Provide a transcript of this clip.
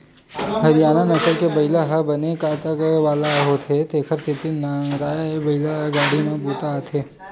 हरियाना नसल के बइला ह बने ताकत वाला होथे तेखर सेती नांगरए बइला गाड़ी म बूता आथे